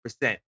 percent